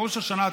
ראש השנה,